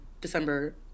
December